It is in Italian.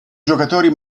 giocatori